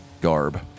garb